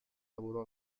lavoro